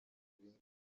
bindi